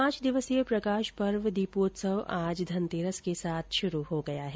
पांच दिवसीय प्रकाश पर्व दीपोत्सव आज धनतेरस के साथ शुरू हो गया है